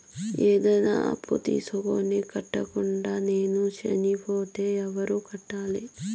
ఏదైనా అప్పు తీసుకొని కట్టకుండా నేను సచ్చిపోతే ఎవరు కట్టాలి?